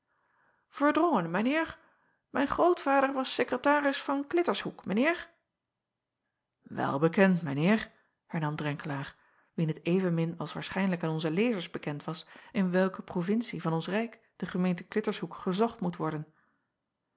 erdrongen mijn eer mijn grootvader was sekretaris van littershoek mijn eer el bekend mijn eer hernam renkelaer wien het evenmin als waarschijnlijk aan onze lezers bekend was in welke provincie van ons ijk de gemeente littershoek gezocht moet worden